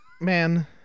Man